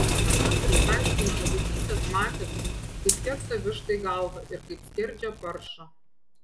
komentatorius aiškino nuo vaikystės matęs kaip kerta vištai galvą ir kaip skerdžia paršą